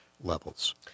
levels